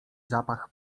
zapach